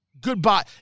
Goodbye